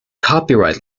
copyright